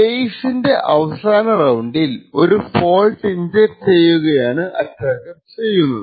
AES ൻറെ അവസാന റൌണ്ടിൽ ഒരു ഫോൾട്ട് ഇൻജെക്ട് ചെയ്യുകയാണ് അറ്റാക്കർ ചെയ്യുന്നത്